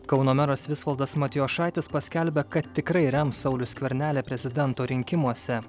kauno meras visvaldas matijošaitis paskelbė kad tikrai rems saulių skvernelį prezidento rinkimuose